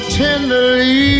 tenderly